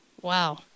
Wow